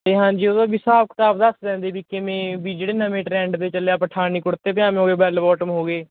ਅਤੇ ਹਾਂਜੀ ਉਹਦਾ ਵੀ ਹਿਸਾਬ ਕਿਤਾਬ ਦੱਸ ਦਿੰਦੇ ਵੀ ਕਿਵੇਂ ਵੀ ਜਿਹੜੇ ਨਵੇਂ ਟਰੈਂਡ ਦੇ ਚੱਲੇ ਆ ਪਠਾਣੀ ਕੁੜਤੇ ਪਜਾਮੇ ਹੋ ਗਏ ਵੈਲ ਬੋਟਮ ਹੋ ਗਏ